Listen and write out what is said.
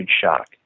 shock